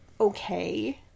okay